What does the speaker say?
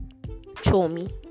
Chomi